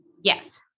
Yes